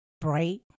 bright